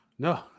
No